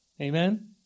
Amen